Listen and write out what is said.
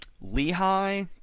Lehigh